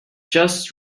just